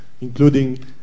Including